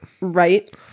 Right